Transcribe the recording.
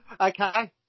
Okay